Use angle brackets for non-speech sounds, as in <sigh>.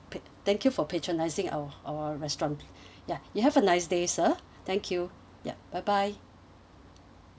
pa~ thank you for patronising our our restaurant <breath> ya you have a nice day sir thank you yup bye bye